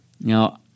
Now